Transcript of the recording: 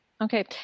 Okay